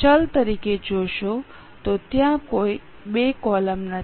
ચલ તરીકે જોશો તો ત્યાં કોઈ બીજી કોલમ નથી